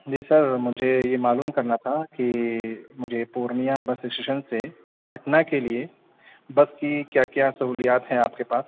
جی sir مجھے یہ معلوم کرنا تھا کہ مجھے پورنیہ بس اسٹیسن سے پٹنہ کے لیے بس کی کیا کیا سہولیات ہیں آپ کے پاس